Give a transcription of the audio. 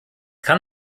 kann